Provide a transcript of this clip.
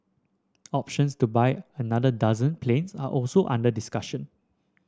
options to buy another dozen planes are also under discussion